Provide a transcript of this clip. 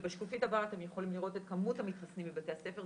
ובשקופית הבאה אתם יכולים לראות את כמות המתחסנים בבתי הספר,